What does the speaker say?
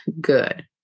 good